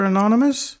Anonymous